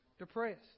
depressed